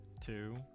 two